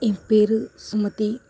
என் பெயர் சுமதி